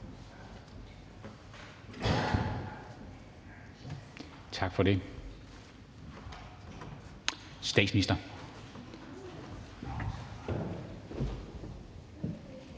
Tak for det. Statsministeren.